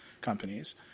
companies